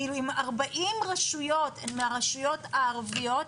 אם 40 רשויות הן מהרשויות הערביות,